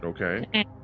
okay